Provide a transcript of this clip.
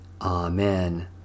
Amen